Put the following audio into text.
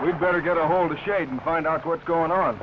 we'd better get a hold of shade and find out what's going on